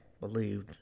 believed